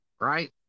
right